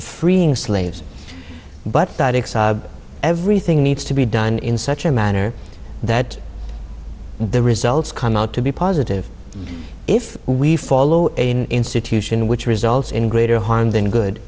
freeing slaves but everything needs to be done in such a manner that the results come out to be positive if we follow institution which results in greater harm than good